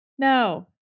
No